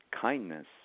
kindness